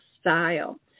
style